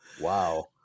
Wow